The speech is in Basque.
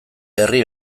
herri